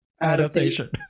adaptation